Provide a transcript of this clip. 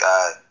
God